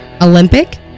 Olympic